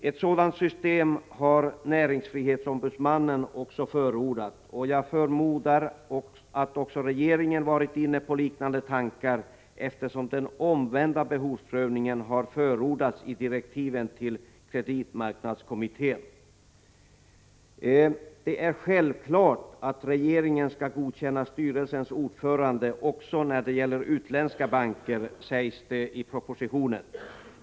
Ett sådant system har också näringsfrihetsombudsmannen förordat, och jag förmodar att även regeringen varit inne på liknande tankar, eftersom den omvända behovsprövningen har förordats i direktiven till kreditmarknadskommittén. Det är ”självklart” att regeringen skall godkänna styrelsens ordförande också när det gäller utländska banker, sägs det i propositionen.